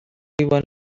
one